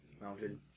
mounted